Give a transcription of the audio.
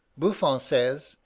buffon says,